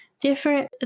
different